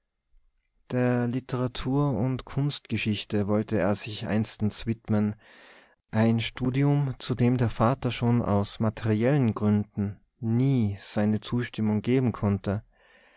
der literatur und kunstgeschichte wollte er sich einstens widmen ein studium zu dem der vater schon aus materiellen gründen nie seine zustimmung geben konnte